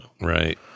Right